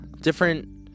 Different